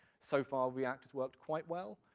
so far, react has worked quite well.